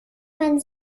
man